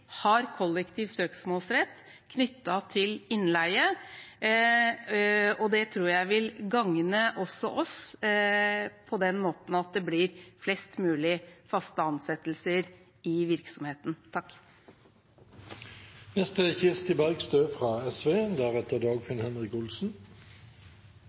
har kollektiv søksmålsrett knyttet til innleie, og det tror jeg vil gagne også oss på den måten at det blir flest mulig faste ansettelser i